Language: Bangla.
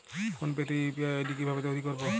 ফোন পে তে ইউ.পি.আই আই.ডি কি ভাবে তৈরি করবো?